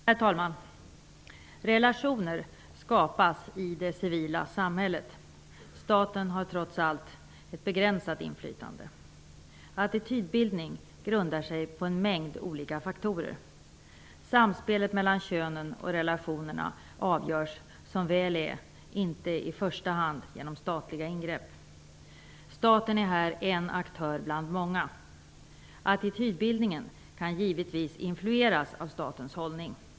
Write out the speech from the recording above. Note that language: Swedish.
Herr talman! Relationer skapas i det civila samhället. Staten har trots allt ett begränsat inflytande. Attitydbildning grundar sig på en mängd olika faktorer. Samspelet mellan könen och relationerna avgörs, som väl är, inte i första hand genom statliga ingrepp. Staten är här en aktör bland många. Attitydbildningen kan givetvis influeras av statens hållning.